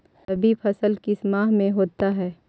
रवि फसल किस माह में होता है?